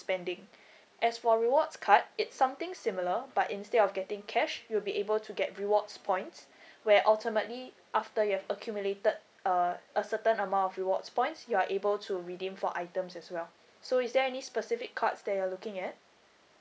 spending as for rewards card it's something similar but instead of getting cash you'll be able to get rewards points where ultimately after you have accumulated uh a certain amount of rewards points you are able to redeem for items as well so is there any specific cards that you are looking at